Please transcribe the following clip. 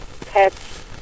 pets